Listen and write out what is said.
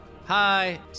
hi